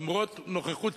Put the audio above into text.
למרות נוכחות